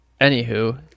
anywho